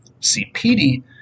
CPD